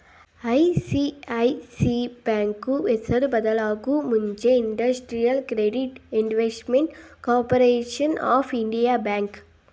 ICICI ಬ್ಯಾಂಕ್ನ ಹೆಸರು ಬದಲಾಗೂ ಮುಂಚೆ industrial credit investment corporation of India bank